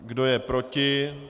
Kdo je proti?